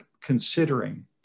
considering